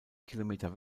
kilometer